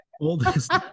oldest